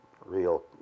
real